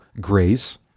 grace